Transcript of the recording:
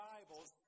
Bibles